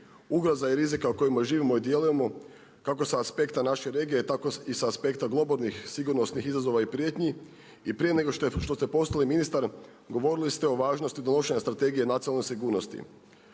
ugroza i rizika u kojem živimo i djelujemo kako sa aspekta naše regije, tako i sa aspekta globalnih sigurnosnih izazova i prijetnji. I prije nego što ste postali ministar govorili ste o važnosti donošenja Strategije nacionalne sigurnosti.